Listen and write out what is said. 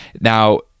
Now